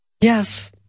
Yes